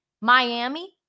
Miami